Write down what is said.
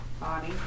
Body